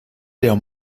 der